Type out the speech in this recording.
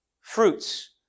fruits